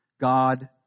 God